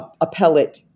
appellate